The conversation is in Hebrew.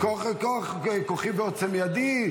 -- כוחי ועוצם ידי.